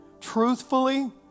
truthfully